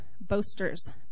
boasters